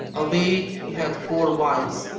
albeit he had four wives,